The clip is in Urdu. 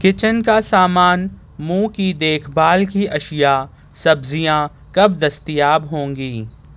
کچن کا سامان منہ کی دیکھ بھال کی اشیا سبزیاں کب دستیاب ہوں گی